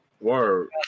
Word